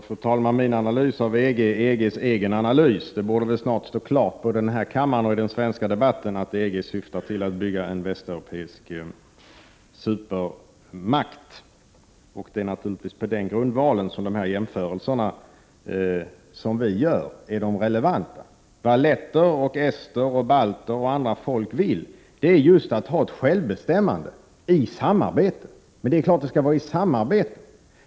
Fru talman! Min analys av EG är EG:s egen analys. Det borde snart stå klart för den här kammaren och i den svenska debatten att EG syftar till att bygga en västeuropeisk supermakt. Det är naturligtvis på den grundvalen som våra jämförelser är de relevanta. Vad letter, ester, balter och andra folk vill är just att ha ett självbestämmande i samarbete. Men det är klart att det skall vara i samarbete.